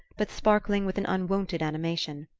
but sparkling with an unwonted animation.